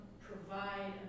provide